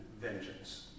vengeance